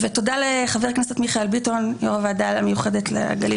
ותודה לחבר הכנסת מיכאל ביטון יו"ר הוועדה המיוחדת לגליל